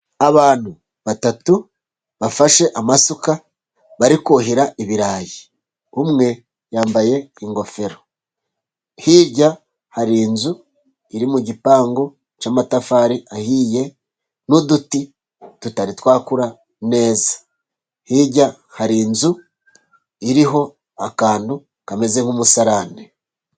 Abantu batatu bafashe amasuka bari kuhira ibirayi, umwe yambaye ingofero, hirya hari inzu iri mu gipangu cy'amatafari ahiye, n'uduti tutari twakura neza, hirya hari inzu iriho akantu kameze nk'umusarane.